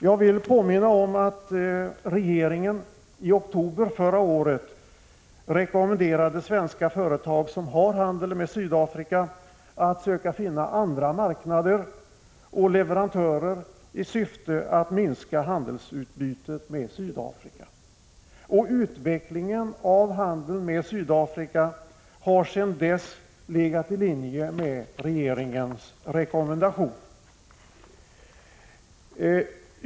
Jag vill påminna om att regeringen i oktober förra året rekommenderade svenska företag som bedriver handel med Sydafrika att söka finna andra marknader och leverantörer i syfte att minska handelsutbytet med Sydafrika. Utvecklingen av handeln med Sydafrika har sedan dess legat i linje med regeringens rekommendation.